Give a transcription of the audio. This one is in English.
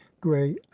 gray